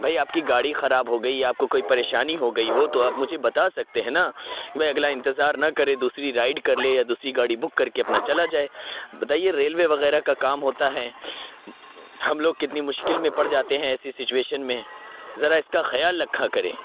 بھئی آپ کی گاڑی خراب ہو گئی یا آپ کو کوئی پریشانی ہو گئی ہو تو آپ مجھے بتا سکتے ہیں نا بھئی اگلا انتظار نہ کرے دوسری رائیڈ کر لے یا دوسری گاڑی بک کر کے اپنا چلا جائے بتائیے ریلوے وغیرہ کا کام ہوتا ہے ہم لوگ کتنی مشکل میں پڑ جاتے ہیں ایسی سچویشن میں ذرا اس کا خیال رکھا کریں